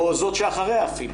או זאת שאחריה אפילו.